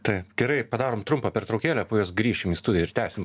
taip gerai padarom trumpą pertraukėlę po jos grįšim į studiją ir tęsim